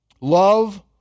Love